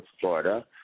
Florida